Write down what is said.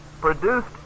produced